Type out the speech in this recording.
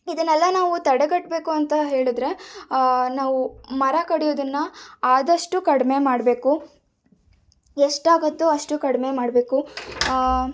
ಇದನ್ನೆಲ್ಲ ನಾವು ತಡೆಗಟ್ಟಬೇಕು ಅಂತ ಹೇಳಿದರೆ ನಾವು ಮರ ಕಡಿಯೋದನ್ನು ಆದಷ್ಟು ಕಡಿಮೆ ಮಾಡಬೇಕು ಎಷ್ಟು ಆಗುತ್ತೊ ಅಷ್ಟು ಕಡಿಮೆ ಮಾಡಬೇಕು